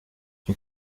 une